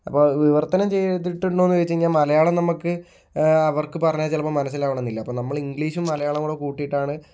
അപ്പോൾ വിവർത്തനം ചെയ്തിട്ടുണ്ടോ എന്ന് ചോദിച്ച് കഴിഞ്ഞാൽ മലയാളം നമുക്ക് അവർക്ക് പറഞ്ഞാൽ ചിലപ്പോൾ മനസ്സിലാവണമെന്നില്ല അപ്പം നമ്മൾ ഇംഗ്ലീഷും മലയാളവും കൂടെ കൂട്ടിയിട്ടാണ്